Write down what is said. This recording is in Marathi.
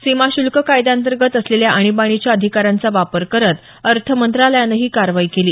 सीमा शुल्क कायद्याअंतर्गत असलेल्या आणीबाणीच्या अधिकारांचा वापर करत अर्थ मंत्रालयानं ही कारवाई केली